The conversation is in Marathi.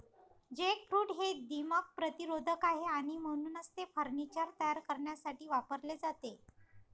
जॅकफ्रूट हे दीमक प्रतिरोधक आहे आणि म्हणूनच ते फर्निचर तयार करण्यासाठी वापरले जाते